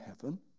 heaven